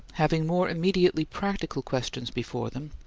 having more immediately practical questions before them,